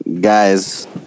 Guys